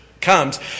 comes